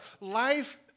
Life